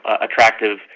attractive